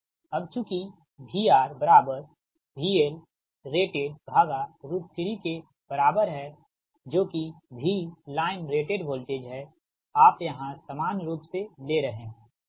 अब चूँकि VRVLrated3 के बराबर है जो कि V लाइन रेटेड वोल्टेज है आप यहाँ सामान्य रूप से ले रहे है